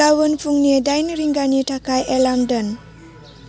गाबोन फुंनि दाइन रिंगानि थाखाय एलार्म दोन